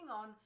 on